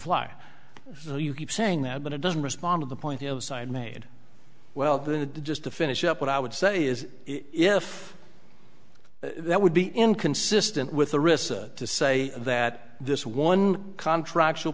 so you keep saying that but it doesn't respond to the point the other side made well the just to finish up what i would say is if that would be inconsistent with the risk to say that this one contract